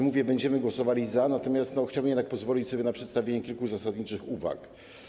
Mówię, że będziemy głosowali za, natomiast chciałbym jednak pozwolić sobie na przedstawienie kilku zasadniczych uwag.